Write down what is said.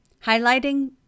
highlighting